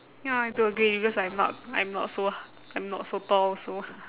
ya I have to agree because I'm not I'm not so I'm not so tall also